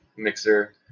mixer